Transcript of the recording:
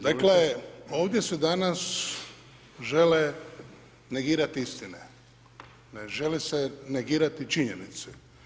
Dakle, ovdje se danas žele negirati istine, ne žele se negirati činjenice.